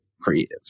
creative